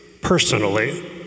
personally